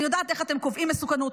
אני יודעת איך אתם קובעים מסוכנות.